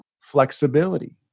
flexibility